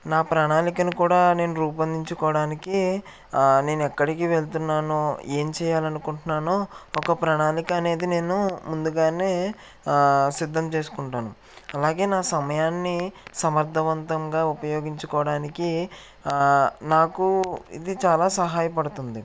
నా ప్రణాళికని కూడా నేను రూపొందించుకోవడానికి నేను ఎక్కడికివెళ్తున్నానో ఏం చేయాలనుకుంటున్నానో ఒక ప్రణాళిక అనేది నేను ముందుగానే సిద్ధం చేసుకుంటాను అలాగే నా సమయాన్ని సమర్థవంతంగా ఉపయోగించుకోవడానికి నాకు ఇది చాలా సహాయపడుతుంది